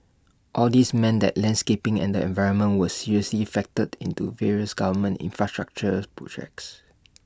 all these meant that landscaping and the environment were seriously factored into various government infrastructural projects